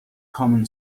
common